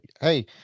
Hey